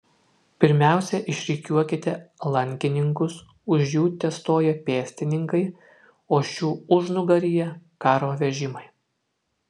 pirmiausia išrikiuokite lankininkus už jų testoja pėstininkai o šių užnugaryje karo vežimai